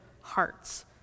hearts